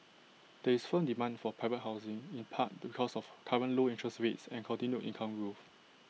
there is firm demand for private housing in part because of current low interest rates and continued income growth